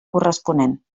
corresponent